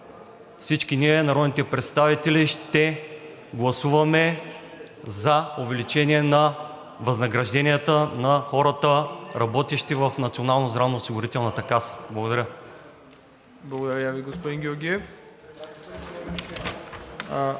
всички ние, народните представители, ще гласуваме за увеличение на възнагражденията на хората, работещи в Националната здравноосигурителна каса. Благодаря. ПРЕДСЕДАТЕЛ МИРОСЛАВ ИВАНОВ: